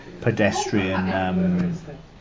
pedestrian